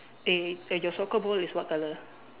eh and your soccer ball is what colour